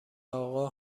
آقا